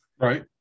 Right